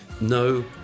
No